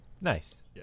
Nice